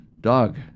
dog